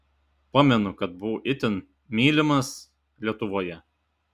pamenu kad buvau itin mylimas lietuvoje